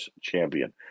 champion